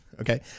Okay